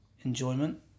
enjoyment